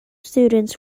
students